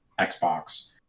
Xbox